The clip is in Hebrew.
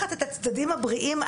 שמפתחת את הצדדים הבריאים,